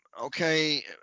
Okay